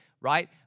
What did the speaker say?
right